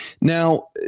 now